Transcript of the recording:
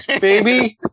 baby